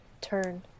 turn